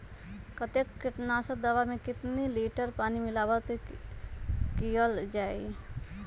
कतेक किटनाशक दवा मे कितनी लिटर पानी मिलावट किअल जाई?